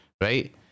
right